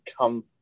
come